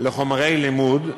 לחומרי לימוד,